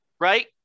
Right